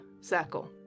circle